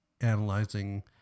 analyzing